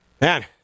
Man